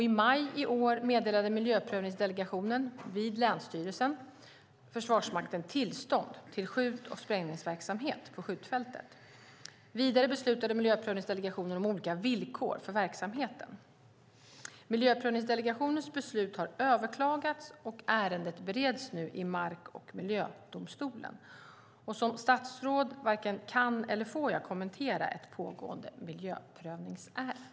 I maj i år meddelade Miljöprövningsdelegationen vid länsstyrelsen Försvarsmakten tillstånd till skjut och sprängningsverksamhet på skjutfältet. Vidare beslutade Miljöprövningsdelegationen om olika villkor för verksamheten. Miljöprövningsdelegationens beslut har överklagats, och ärendet bereds nu i mark och miljödomstolen. Som statsråd varken kan eller får jag kommentera ett pågående miljöprövningsärende.